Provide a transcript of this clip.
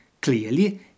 Clearly